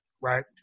right